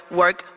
work